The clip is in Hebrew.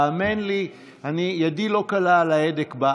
האמן לי, ידי לא קלה על ההדק,